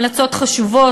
המלצות חשובות,